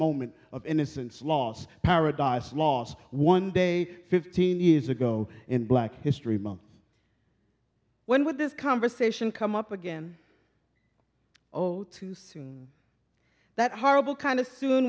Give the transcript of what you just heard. moment of innocence lost paradise lost one day fifteen years ago in black history month when with this conversation come up again ode to thing that horrible kind of soon